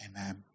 Amen